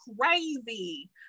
crazy